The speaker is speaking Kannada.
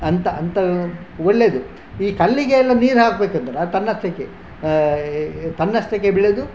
ಅಂತ ಅಂತ ಒಳ್ಳೆದು ಈ ಕಲ್ಲಿಗೆ ಎಲ್ಲ ನೀರು ಹಾಕಬೇಕು ಅಂತಾರೆ ತನ್ನಷ್ಟಕ್ಕೆ ತನ್ನಷ್ಟಕ್ಕೆ ಬೆಳೆದು